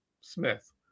Smith